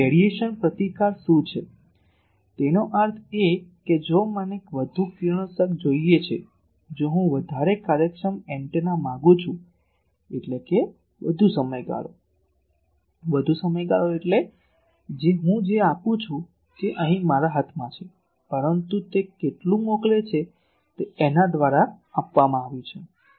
હવે રેડિયેશન પ્રતિકાર શું છે તેનો અર્થ એ કે જો મને વધુ કિરણોત્સર્ગ જોઈએ છે જો હું વધારે કાર્યક્ષમ એન્ટેના માંગું છું એટલે વધુ સમયગાળો વધુ સમયગાળો એટલે હું જે આપું છું તે અહીં મારા હાથમાં છે પરંતુ તે કેટલું મોકલે છે તે આના દ્વારા આપવામાં આવ્યું છે